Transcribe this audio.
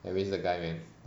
edwin is the guy man